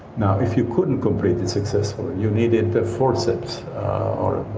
now if you couldn't complete it successfully, you needed the forceps or